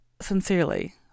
sincerely